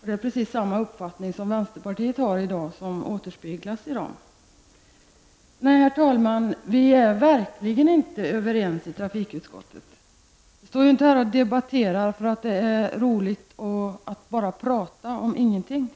Vänsterpartiets uppfattning återspeglas i dessa motioner. Nej, herr talman, vi är verkligen inte överens i trafikutskottet. Jag står inte här och debatterar därför att det är roligt att prata om ingenting.